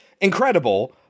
incredible